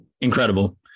Incredible